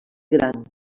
gran